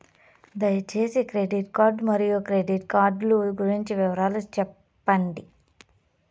దయసేసి credit card మరియు credit card లు గురించి వివరాలు సెప్పండి?